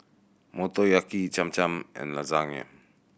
Motoyaki Cham Cham and Lasagne